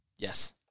Yes